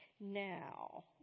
Now